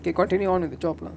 can continue onto the job lah